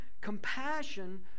compassion